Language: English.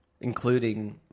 including